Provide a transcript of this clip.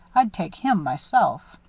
i'd take him, myself.